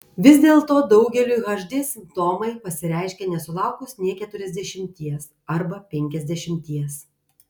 vis dėlto daugeliui hd simptomai pasireiškia nesulaukus nė keturiasdešimties arba penkiasdešimties